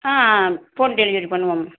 ஆ ஆ home delivery பண்ணுவோம்